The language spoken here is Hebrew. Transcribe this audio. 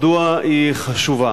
מדוע היא חשובה?